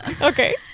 Okay